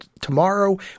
Tomorrow